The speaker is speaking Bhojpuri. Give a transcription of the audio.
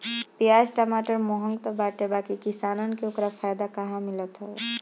पियाज टमाटर महंग तअ बाटे बाकी किसानन के ओकर फायदा कहां मिलत हवे